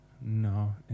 no